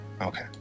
Okay